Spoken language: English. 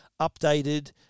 updated